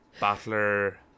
Battler